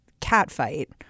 catfight